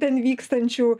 ten vykstančių